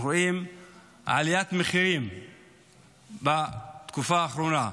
אנחנו רואים עליית מחירים בתקופה האחרונה,